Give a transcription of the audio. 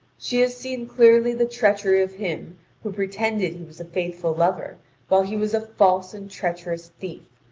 she has seen clearly the treachery of him who pretended he was a faithful lover while he was a false and treacherous thief.